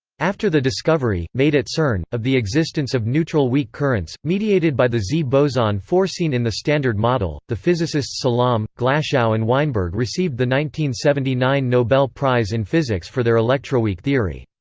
after the discovery, made at cern, of the existence of neutral weak currents, mediated by the z boson foreseen in the standard model, the physicists salam, glashow and weinberg received the seventy nine nobel prize in physics for their electroweak theory.